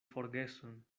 forgeson